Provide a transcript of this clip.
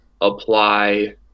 apply